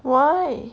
why